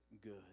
good